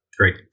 Great